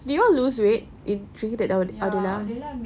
did you all lose weight if through using the that Odella